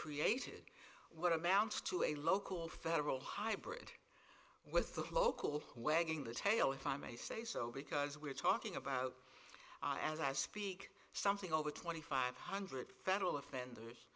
created what amounts to a local federal hybrid with a local wedding the title if i may say so because we're talking about as i speak something over twenty five hundred federal offenders